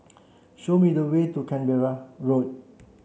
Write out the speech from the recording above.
show me the way to Canberra Road